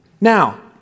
Now